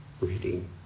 reading